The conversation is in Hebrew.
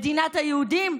מדינת היהודים?